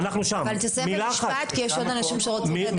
אבל כולם הולכים לכיוון הזה.